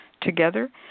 together